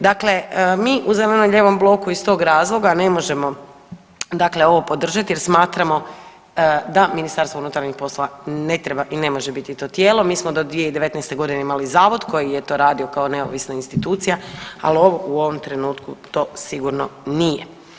Dakle mi u zeleno-lijevom bloku iz tog razloga ne možemo dakle ovo podržati jer smatramo da Ministarstvo unutarnjih poslova ne treba i ne može biti to tijelo, mi smo do 2019. g. imali zavod koji je to radio kao neovisna institucija, ali ovo u ovom trenutku to sigurno nije.